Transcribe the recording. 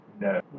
No